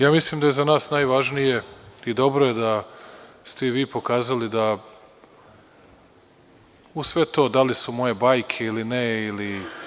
Ja mislim da je za nas najvažnije i dobro je da ste i vi pokazali da uz sve to, da li su moje bajke, ili ne, ili…